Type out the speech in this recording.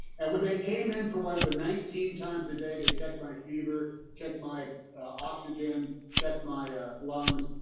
and when they came in for one of the nineteen times a day they checked my fever, checked my oxygen, checked my ah lungs,